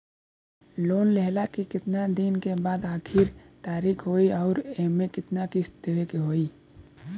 Loan लेहला के कितना दिन के बाद आखिर तारीख होई अउर एमे कितना किस्त देवे के होई?